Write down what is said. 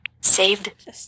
saved